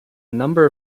number